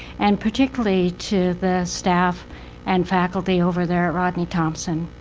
and particularly to the staff and faculty over there at rodney thompson.